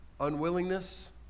Unwillingness